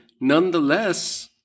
Nonetheless